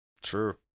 True